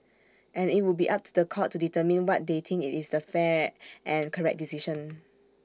and IT would be up to The Court to determine what they think IT is the fair and correct decision